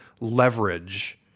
leverage